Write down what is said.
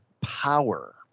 Power